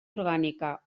orgànica